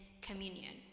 communion